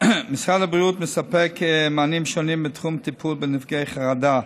משרד הבריאות מספק מענים שונים בתחום הטיפול בנפגעי חרדה.